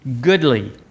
Goodly